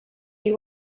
you